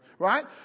Right